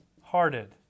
hearted